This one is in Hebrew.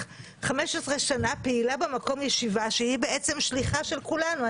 15 שנה פעילה במקום ישיבה שהיא שליחה של כולנו.